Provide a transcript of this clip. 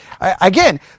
again